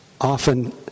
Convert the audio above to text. often